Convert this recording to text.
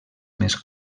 més